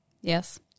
Yes